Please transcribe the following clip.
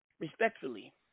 Respectfully